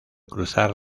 cruzar